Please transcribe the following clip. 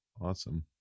Awesome